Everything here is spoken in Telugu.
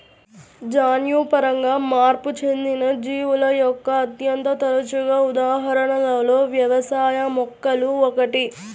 జన్యుపరంగా మార్పు చెందిన జీవుల యొక్క అత్యంత తరచుగా ఉదాహరణలలో వ్యవసాయ మొక్కలు ఒకటి